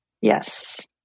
Yes